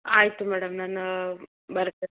ಆಯಿತು ಮೇಡಮ್ ನಾನು ಬರ್ತೆ